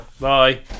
bye